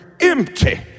empty